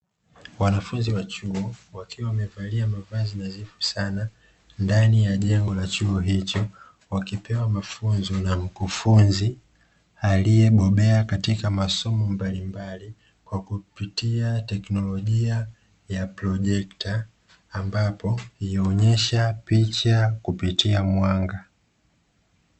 Wanafunzi wa chuo wakiwa wamevalia mavazi nadhifu sana ndani ya jengo la chuo hicho, wakipewa mafunzo na mkufunzi aliyebobea katika masomo mbalimbali, kwa kupitia teknolojia ya projekta ambapo inaonyesha picha kupitia mwanga.